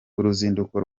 uruzinduko